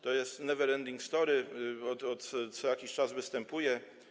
To jest neverending story, co jakiś czas występuje.